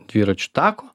dviračių tako